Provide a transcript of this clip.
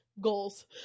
goals